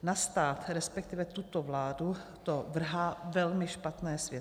Na stát, respektive tuto vládu, to vrhá velmi špatné světlo.